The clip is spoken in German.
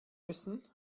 müssen